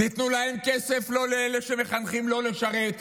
תנו להם כסף, לא לאלה שמחנכים לא לשרת.